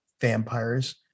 vampires